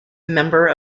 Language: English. member